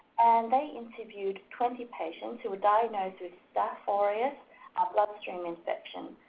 and they interviewed twenty patients who were diagnosed with staph ah aureus ah bloodstream infection.